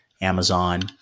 Amazon